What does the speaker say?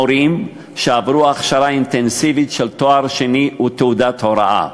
מורים שעברו הכשרה אינטנסיבית של תואר שני ותעודת הוראה.